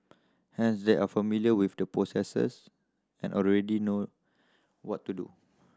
hence they are familiar with the processes and already know what to do